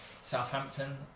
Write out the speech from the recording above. Southampton